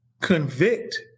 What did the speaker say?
convict